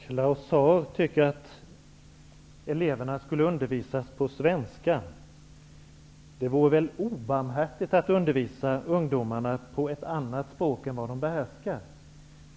Herr talman! Claus Zaar tycker att eleverna skall undervisas på svenska. Det vore väl obarmhärtigt att undervisa ungdomarna på ett språk som de inte behärskar.